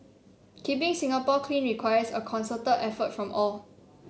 keeping Singapore clean requires a concerted effort from all